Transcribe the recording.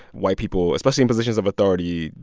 white people, especially in positions of authority,